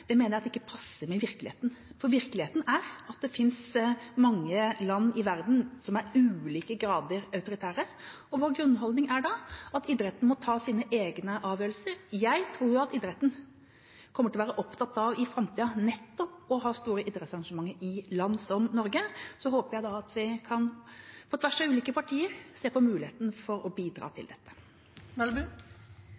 mener jeg ikke passer med virkeligheten. Virkeligheten er at det finnes mange land i verden som er ulike grader av autoritære, og vår grunnholdning er da at idretten må ta sine egne avgjørelser. Jeg tror at idretten i framtida kommer til å være opptatt av nettopp å ha store idrettsarrangementer i land som Norge, og så håper jeg da at vi på tvers av ulike partier kan se på muligheten for å bidra til